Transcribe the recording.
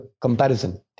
comparison